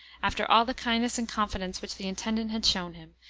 after all the kindness and confidence which the intendant had shown him,